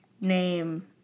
name